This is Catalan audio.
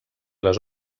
les